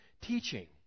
teaching